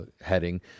heading